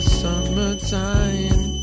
summertime